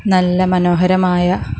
നല്ല മനോഹരമായ